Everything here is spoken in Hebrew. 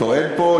טוען פה,